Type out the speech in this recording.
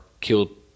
killed